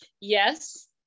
Yes